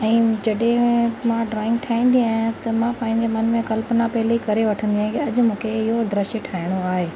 ऐं जॾहिं मां ड्रॉइंग ठाहींदी आहियां त मां पंहिंजे मन में कल्पना पहिले करे वठंदी आहियां अॼु मूखे इहो दृश्य ठाहिणो आहे